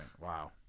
Wow